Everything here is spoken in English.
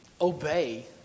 obey